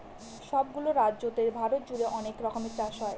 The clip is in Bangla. সব গুলো রাজ্যতে ভারত জুড়ে অনেক রকমের চাষ হয়